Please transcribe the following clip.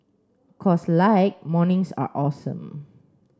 cause like mornings are awesome